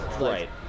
Right